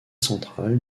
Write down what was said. centrale